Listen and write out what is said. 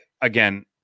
again